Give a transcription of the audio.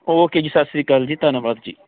okay ਜੀ ਸਤਿ ਸ਼੍ਰੀ ਅਕਾਲ ਜੀ ਧੰਨਵਾਦ ਜੀ